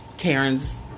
Karen's